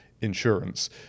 insurance